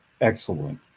excellent